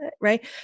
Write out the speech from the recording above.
right